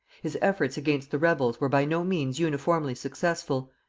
his efforts against the rebels were by no means uniformly successful.